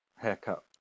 Haircut